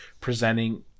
presenting